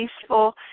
peaceful